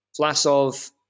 Flasov